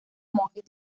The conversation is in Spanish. monjes